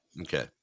Okay